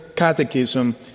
Catechism